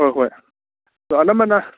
ꯍꯣꯏ ꯍꯣꯏ ꯑꯗꯨ ꯑꯅꯝꯕꯅ